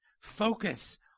focus